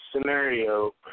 scenario